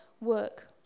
work